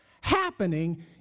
happening